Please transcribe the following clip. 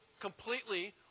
completely